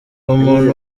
umuntu